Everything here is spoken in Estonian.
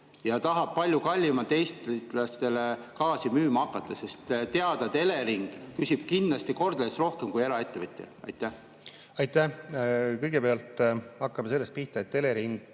ja tahab palju kallimalt eestlastele gaasi müüma hakata? On teada, et Elering küsib kindlasti kordades rohkem kui eraettevõtja. Aitäh! Kõigepealt hakkame sellest pihta, et Elering